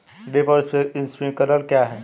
Drip और sprinkler क्या हैं?